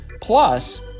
plus